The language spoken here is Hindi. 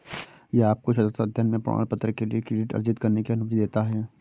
यह आपको सतत अध्ययन में प्रमाणपत्र के लिए क्रेडिट अर्जित करने की अनुमति देता है